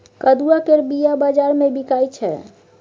कदुआ केर बीया बजार मे बिकाइ छै